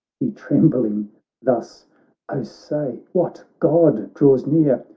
he trembling thus oh say, what god draws near?